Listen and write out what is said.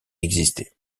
existé